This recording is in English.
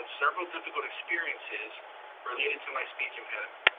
several difficult experiences related to my speech impediment.